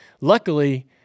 luckily